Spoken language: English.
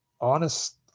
honest